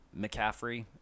McCaffrey